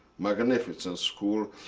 magnificent school,